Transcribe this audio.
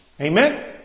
Amen